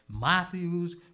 Matthew's